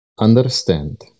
Understand